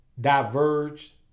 diverged